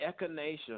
echinacea